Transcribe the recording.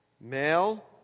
Male